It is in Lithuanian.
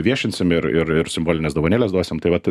viešinsim ir ir ir simbolines dovanėles duosim tai vat